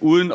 Uden